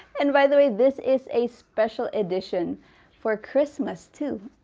and by the way this is a special edition for christmas too.